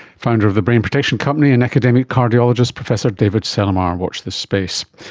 founder of the brain protection company and academic cardiologist professor david celermajer. watch this space.